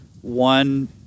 one